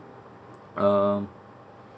um